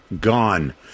gone